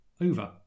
over